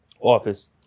office